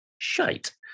Shite